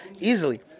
easily